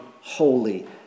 holy